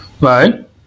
right